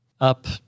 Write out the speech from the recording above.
up